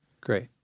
great